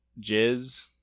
jizz